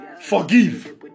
forgive